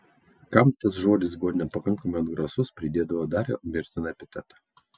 kam tas žodis buvo nepakankamai atgrasus pridėdavo dar ir mirtiną epitetą